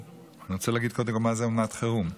אני רוצה להגיד קודם כול מה זה אומנת חירום.